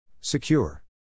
Secure